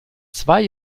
zwei